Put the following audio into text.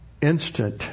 instant